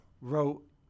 wrote